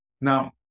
Now